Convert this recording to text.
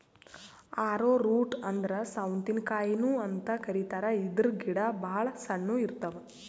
ಆರೊ root ಅಂದ್ರ ಸೌತಿಕಾಯಿನು ಅಂತ್ ಕರಿತಾರ್ ಇದ್ರ್ ಗಿಡ ಭಾಳ್ ಸಣ್ಣು ಇರ್ತವ್